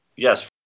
Yes